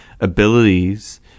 abilities